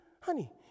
honey